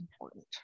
important